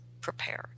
prepared